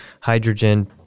hydrogen